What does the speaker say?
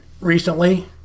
recently